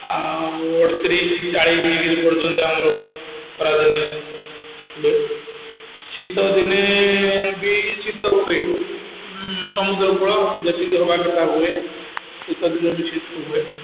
ଆଉ ଅଠତିରିଶ ଚାଳିଶ ଡିଗ୍ରୀ ପର୍ଯ୍ୟନ୍ତ ଆମର ଖରାଦିନେ ହୁଏ ଶୀତଦିନେ ବି ଶୀତ ହୁଏ ସମୁଦ୍ରକୂଳ ଯେତିକି ହେବା କଥା ହୁଏ ଶୀତଦିନେ ବି ଶୀତ ହୁଏ